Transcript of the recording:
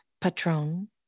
Patron